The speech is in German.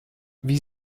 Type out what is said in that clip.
wie